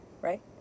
right